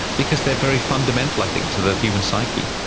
because they're very fundamental, i think, to the human psyche.